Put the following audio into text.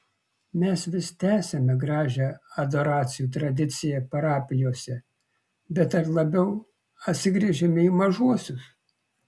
mes vis tęsiame gražią adoracijų tradiciją parapijose bet ar labiau atsigręžiame į mažuosius